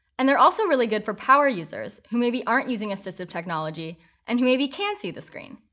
and they're also really good for power users, who maybe aren't using assistive technology and who maybe can see the screen.